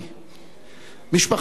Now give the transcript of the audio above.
משפחתו של יוסף רומנו,